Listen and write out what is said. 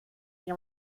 die